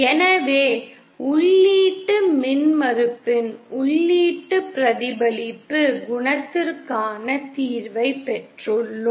எனவே உள்ளீட்டு மின்மறுப்பின் உள்ளீட்டு பிரதிபலிப்பு குணகத்திற்கான தீர்வைப் பெற்றுள்ளோம்